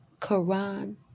Quran